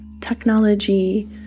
technology